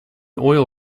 oil